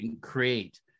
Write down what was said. create